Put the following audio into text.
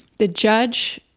the judge